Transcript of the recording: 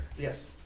Yes